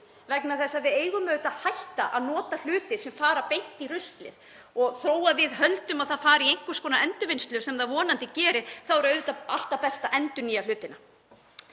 aftur. Við eigum auðvitað að hætta að nota hluti sem fara beint í ruslið og þó að við höldum að það fari í einhvers konar endurvinnslu, sem það vonandi gerir, þá er auðvitað alltaf best að endurnýta hlutina.